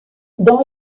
dans